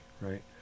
right